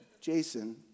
Jason